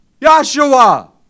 Yeshua